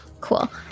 cool